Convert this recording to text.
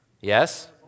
Yes